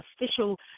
official